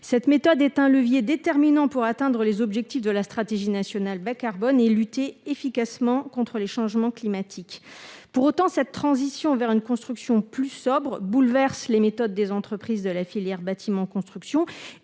Cette méthode est un levier déterminant pour atteindre les objectifs de la stratégie nationale bas-carbone et pour lutter efficacement contre les changements climatiques. La transition vers une construction plus sobre bouleverse toutefois les méthodes des entreprises de la filière du bâtiment et de la construction,